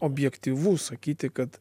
objektyvu sakyti kad